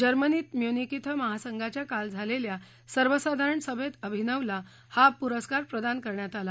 जर्मनीत म्युनिक इथं महासंघाच्या काल झालेल्या सर्वसाधारण सभेत अभिनवला हा पुरस्कार प्रदान करण्यात आला